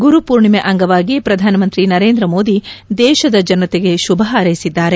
ಗುರು ಪೂರ್ಣಿಮೆ ಅಂಗವಾಗಿ ಪ್ರಧಾನ ಮಂತ್ರಿ ನರೇಂದ್ರ ಮೋದಿ ದೇಶದ ಜನತೆಗೆ ಶುಭ ಹಾರೈಸಿದ್ದಾರೆ